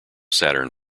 saturn